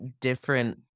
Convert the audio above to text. different